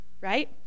right